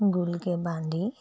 গোলকে বান্ধি